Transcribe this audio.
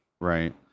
Right